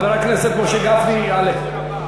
חבר הכנסת משה גפני יעלה,